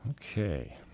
Okay